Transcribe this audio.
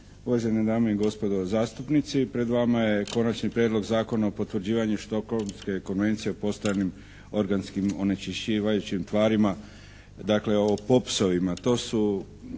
Uvažene dame i gospodo zastupnici. Pred vama je Konačni prijedlog Zakona o potvrđivanju Stockholmske konvencije o postojanim organskim onečišćavajućim tvarima, dakle o popsojima.